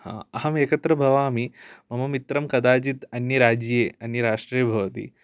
अहमेकत्र भवामि मम मित्रं कदाचित् अन्यराज्ये अन्यराष्ट्रे भवति